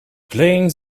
playing